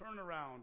turnaround